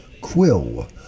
Quill